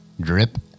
drip